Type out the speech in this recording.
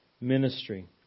ministry